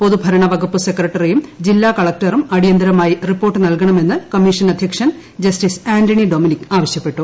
പൊതുഭരണവകുപ്പ് സെക്രട്ടറിയും ജില്ലാകളക്ടറും അടിയന്തിരമായി റിപ്പോർട്ട് നൽകണമെന്ന് കമ്മീഷൻ അധ്യക്ഷൻ ജസ്റ്റിസ് ആന്റണി ഡൊമിനിക് ആവശ്യപ്പെട്ടു